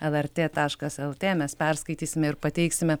el er tė taškas el tė mes perskaitysime ir pateiksime